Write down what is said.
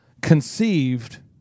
conceived